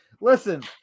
listen